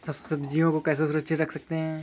सब्जियों को कैसे सुरक्षित रख सकते हैं?